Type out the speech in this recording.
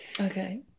Okay